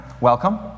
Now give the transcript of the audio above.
welcome